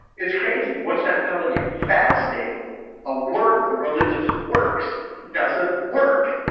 it's crazy what's that telling you fasting a work a religious works doesn't work